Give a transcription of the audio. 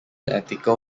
ethical